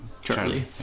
Charlie